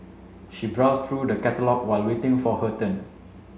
she browsed through the catalogue while waiting for her turn